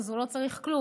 אז הוא לא צריך כלום,